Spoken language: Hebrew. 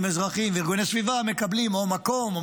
אזרחיים וארגוני הסביבה מקבלים או מקום או